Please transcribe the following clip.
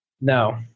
No